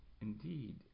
indeed